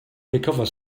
recover